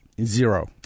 Zero